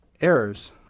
errors